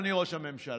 אדוני ראש הממשלה,